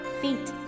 feet